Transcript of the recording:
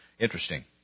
Interesting